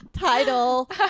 title